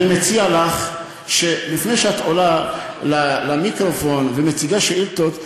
אני מציע לך שלפני שאת עולה למיקרופון ומציגה שאילתות,